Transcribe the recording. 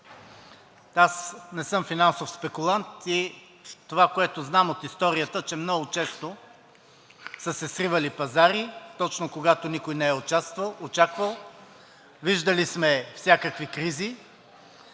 Аз не съм финансов спекулант и това, което знам от историята, е, че много често са се сривали пазари точно когато никой не е очаквал, виждали сме всякакви кризи.